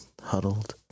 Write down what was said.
huddled